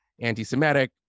anti-Semitic